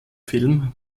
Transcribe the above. film